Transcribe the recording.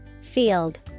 Field